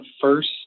first